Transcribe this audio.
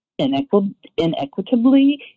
inequitably